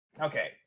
okay